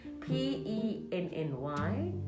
P-E-N-N-Y